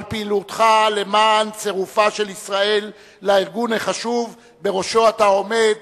על פעילותך למען צירופה של ישראל לארגון החשוב שבראשו אתה עומד,